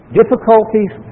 difficulties